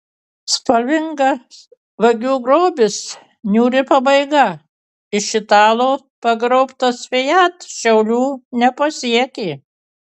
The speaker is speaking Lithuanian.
spalvingas vagių grobis niūri pabaiga iš italo pagrobtas fiat šiaulių nepasiekė